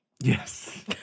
Yes